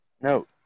No